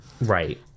Right